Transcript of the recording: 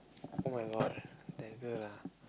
oh-my-god that girl lah